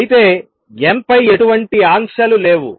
అయితే n పై ఎటువంటి ఆంక్షలు లేవు